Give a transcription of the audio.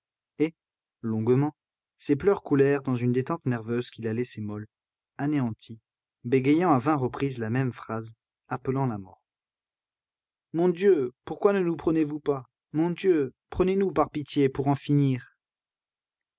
longuement ses pleurs coulèrent dans une détente nerveuse qui la laissait molle anéantie bégayant à vingt reprises la même phrase appelant la mort mon dieu pourquoi ne nous prenez-vous pas mon dieu prenez nous par pitié pour en finir